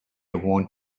want